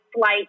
flight